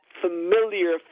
familiar